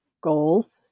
goals